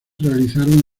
realizaron